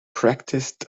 practiced